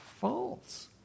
false